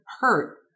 hurt